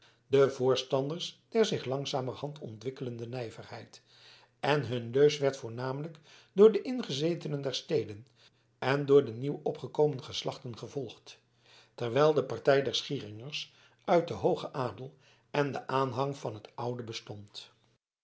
de voorstanders der zich langzamerhand ontwikkelende nijverheid en hun leus werd voornamelijk door de ingezetenen der steden en door de nieuw opgekomen geslachten gevolgd terwijl de partij der schieringers uit den hoogen adel en de aanhangers van het oude bestond